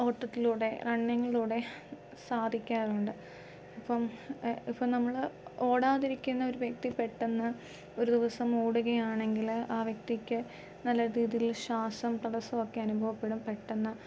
ഓട്ടത്തിലൂടെ റണ്ണിങ്ങിലൂടെ സാധിക്കാറുണ്ട് ഇപ്പം ഇപ്പോൾ നമ്മൾ ഓടാതിരിക്കുന്ന ഒരു വ്യക്തി പെട്ടന്ന് ഒരു ദിവസം ഓടുകയാണെങ്കിൽ ആ വ്യക്തിക്ക് നല്ല രീതിയിൽ ശ്വാസം തടസ്സമൊക്കെ അനുഭവപ്പെടും പെട്ടന്ന്